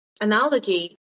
analogy